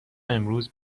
امروز